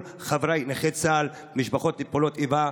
חבריי נכי צה"ל ומשפחות נפגעי פעולות האיבה.